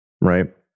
right